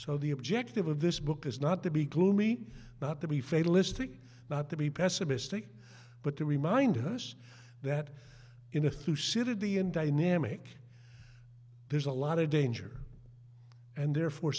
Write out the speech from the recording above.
so the objective of this book is not to be gloomy but to be fatalistic not to be pessimistic but to remind us that in a few city and dynamic there's a lot of danger and therefore